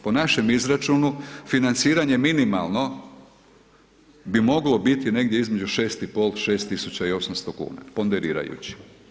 Po našem izračunu, financiranje minimalno, bi moglo biti negdje između 6500,00, 6800,00 kuna, ponderirajući.